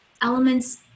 elements